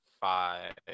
five